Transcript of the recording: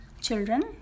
children